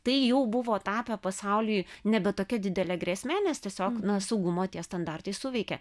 tai jau buvo tapę pasauliui nebe tokia didele grėsme nes tiesiog na saugumo tie standartai suveikė